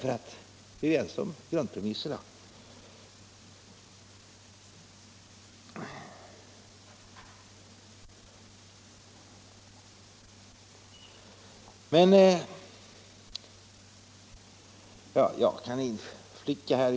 Behovet av egen skoindustri är ju en av grundpremisserna.